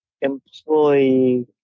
employee